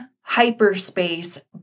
hyperspace